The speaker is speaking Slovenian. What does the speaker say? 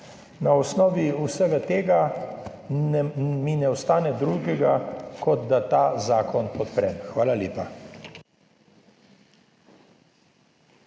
Na osnovi vsega tega mi ne ostane drugega, kot da ta zakon podprem. Hvala lepa.